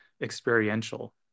experiential